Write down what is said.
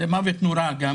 זה גם מוות נורא,